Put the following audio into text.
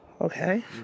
Okay